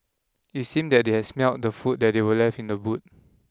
it seemed that they had smelt the food that were left in the boot